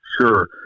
Sure